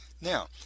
Now